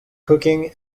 cooking